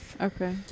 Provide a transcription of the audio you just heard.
Okay